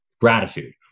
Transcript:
gratitude